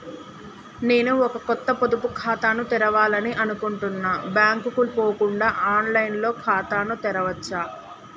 నేను ఒక కొత్త పొదుపు ఖాతాను తెరవాలని అనుకుంటున్నా బ్యాంక్ కు పోకుండా ఆన్ లైన్ లో ఖాతాను తెరవవచ్చా?